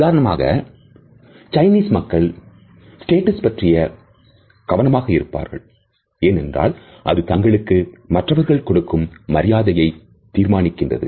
உதாரணமாக சைனீஸ் மக்கள் ஸ்டேட்டஸ் பற்றி கவனமாக இருப்பார்கள் ஏனென்றால் அது தங்களுக்கு மற்றவர்கள் கொடுக்கும் மரியாதையை தீர்மானிக்கிறது